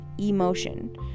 emotion